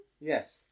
Yes